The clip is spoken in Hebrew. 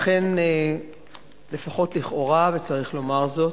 אכן, לפחות לכאורה, וצריך לומר זאת,